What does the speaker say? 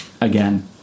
Again